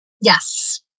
Yes